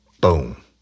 boom